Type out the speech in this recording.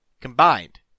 Combined